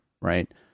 Right